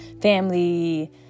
family